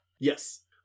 Yes